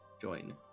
join